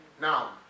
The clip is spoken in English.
Now